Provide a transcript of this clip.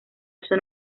eso